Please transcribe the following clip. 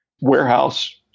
warehouse